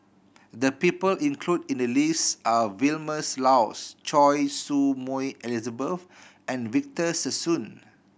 the people included in the list are Vilma Laus Choy Su Moi Elizabeth and Victor Sassoon